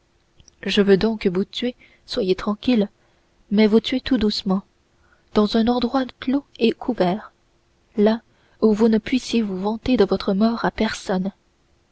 je veux donc vous tuer soyez tranquille mais vous tuer tout doucement dans un endroit clos et couvert là où vous ne puissiez vous vanter de votre mort à personne